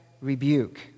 rebuke